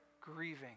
grieving